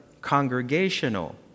congregational